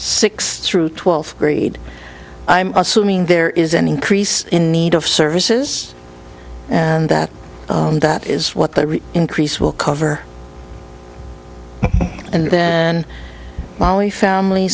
six through twelfth grade i'm assuming there is an increase in need of services and that that is what the real increase will cover and then molly family